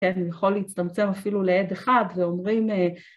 ויכול להצטמצם אפילו לעד אחד ואומרים...